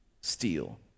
steal